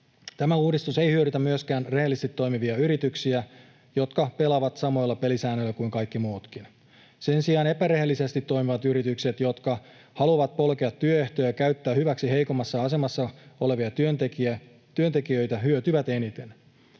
tämä uudistus ei hyödytä myöskään rehellisesti toimivia yrityksiä, jotka pelaavat samoilla pelisäännöillä kuin kaikki muutkin. Sen sijaan epärehellisesti toimivat yritykset, jotka haluavat polkea työehtoja ja käyttää hyväksi heikommassa asemassa olevia työntekijöitä, hyötyvät eniten.